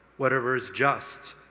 whatever is just,